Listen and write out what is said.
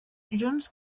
junts